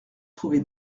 trouvé